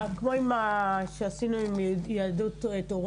10:46) כמו מה שעשינו עם יהדות טורונטו.